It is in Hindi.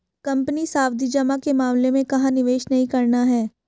कंपनी सावधि जमा के मामले में कहाँ निवेश नहीं करना है?